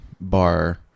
bar